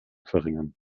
verringern